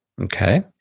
Okay